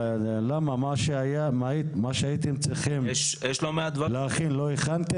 מה שהייתם צריכים להכין, לא הכנתם?